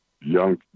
Young